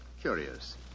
Curious